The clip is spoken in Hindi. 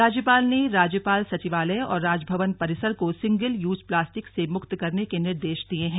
राज्यपाल ने राज्यपाल सचिवालय और राजभवन परिसर को सिंगल यूज प्लास्टिक से मुक्त करने के निर्देश दिये हैं